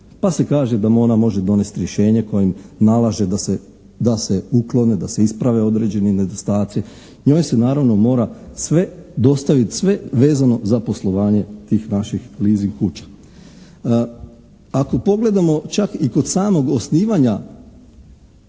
pa se kaže da mu ona može donesti rješenje kojim nalaže da se uklone, da se isprave određeni nedostaci. Njoj se naravno mora sve dostaviti, sve vezano za poslovanje tih naših leasing kuća. Ako pogledamo čak i kod samog osnivanja,